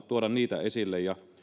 tuoda niitä esille ja